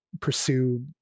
pursue